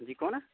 हां जी कौन